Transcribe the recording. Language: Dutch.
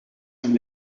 hem